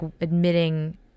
admitting